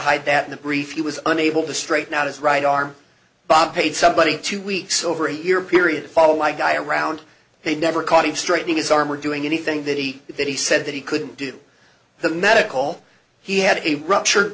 hide that in the brief he was unable to straighten out his right arm bum paid somebody two weeks over a year period fall like guy around they never caught him straightening his arm or doing anything that he did that he said that he couldn't do the medical he had a ruptured